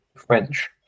French